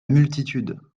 multitude